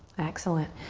excellent,